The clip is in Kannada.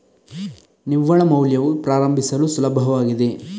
ನಿವ್ವಳ ಮೌಲ್ಯವು ಪ್ರಾರಂಭಿಸಲು ಸುಲಭವಾಗಿದೆ